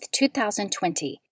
2020